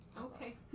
Okay